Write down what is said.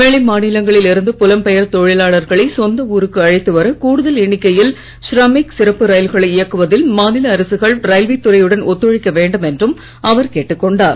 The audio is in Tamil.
வெளி மாநிலங்களில் இருந்து புலம்பெயர் தொழிலாளர்களை சொந்த ஊருக்கு அழைத்து வர கூடுதல் எண்ணிக்கையில் ஷ்ரமிக் சிறப்பு ரயில்களை இயக்குவதில் மாநில அரசுகள் ரயில்வே துறையுடன் ஒத்துழைக்க வேண்டும் என்றும் அவர் கேட்டுக் கொண்டார்